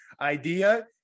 idea